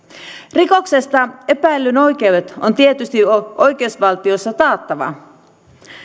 rikoksesta epäillyn oikeudet on tietysti oikeusvaltiossa taattava